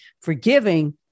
forgiving